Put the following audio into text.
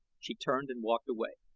she turned and walked away.